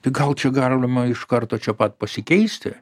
tai gal čia galima iš karto čia pat pasikeisti